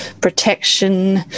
protection